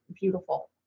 beautiful